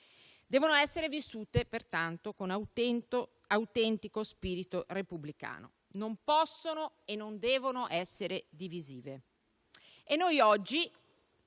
Devono essere vissute pertanto con autentico spirito repubblicano; non possono e non devono essere divisive. Noi oggi